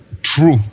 true